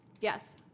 Yes